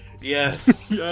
Yes